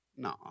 No